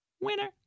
Winner